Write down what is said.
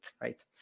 Right